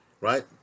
right